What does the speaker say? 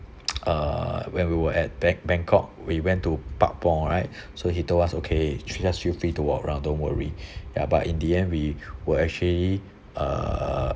uh when we were at bang~ bangkok we went to phat phong right so he told us okay you just feel free to walk around don't worry ya but in the end we were actually uh